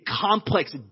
complex